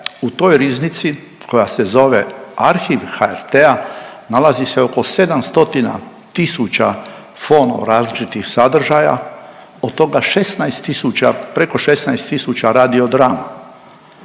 u toj riznici koja se zove Arhiv HRT-a nalazi se oko 700 tisuća fono različitih sadržaja od toga 16 tisuća preko 16 tisuća radio drama.